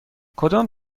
کدام